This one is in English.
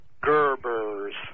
Gerber's